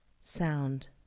sound